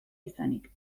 izanik